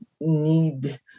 need